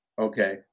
Okay